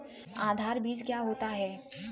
आधार बीज क्या होता है?